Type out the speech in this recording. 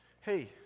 Hey